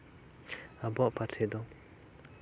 ᱟᱵᱚᱣᱟᱜ ᱯᱟᱹᱨᱥᱤ ᱫᱚ